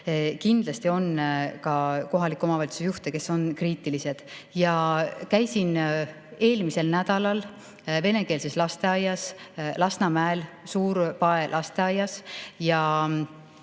Kindlasti on ka kohalike omavalitsuste juhte, kes on kriitilised. Käisin eelmisel nädalal venekeelses lasteaias Lasnamäel, Suur-Pae lasteaias ja